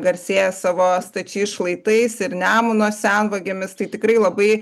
garsėja savo stačiais šlaitais ir nemuno senvagėmis tai tikrai labai